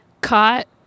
Caught